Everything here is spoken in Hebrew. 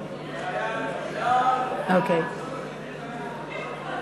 נושאי המשרה ובעלי תפקיד אחרים בשירות הציבורי,